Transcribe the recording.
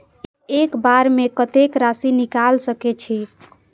एक बार में कतेक राशि निकाल सकेछी?